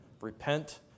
repent